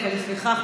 לפיכך,